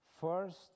First